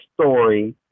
story